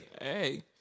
Hey